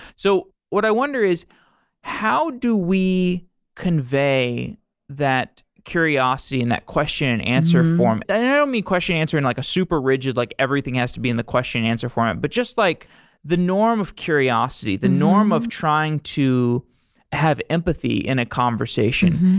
so what i wonder is how do we convey that curiosity and that question and answer format? i don't mean question and answer in like a super rigid, like everything has to be in the question and answer format. but just like the norm of curiosity, the norm of trying to have empathy in a conversation.